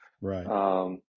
Right